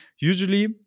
Usually